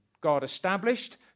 God-established